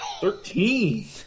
Thirteen